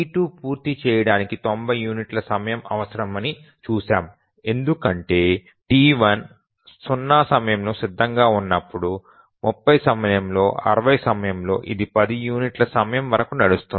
T2 పూర్తి చేయడానికి 90 యూనిట్ల సమయం అవసరమని చూశాము ఎందుకంటే T1 0 సమయంలో సిద్ధంగా ఉన్నప్పుడు 30 సమయంలో 60 సమయంలో ఇది 10 యూనిట్ల సమయం వరకు నడుస్తుంది